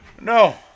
No